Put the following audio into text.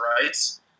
rights